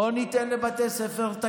אני מסכים איתך.